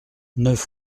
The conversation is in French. neuf